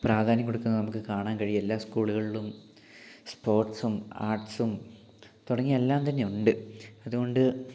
പ്രാധാന്യം കൊടുക്കുന്നത് നമുക്ക് കാണാൻ കഴിയും എല്ലാ സ്കൂളുകളിലും സ്പോർട്സും ആർട്സും തുടങ്ങിയ എല്ലാം തന്നെ ഉണ്ട് അതുകൊണ്ട്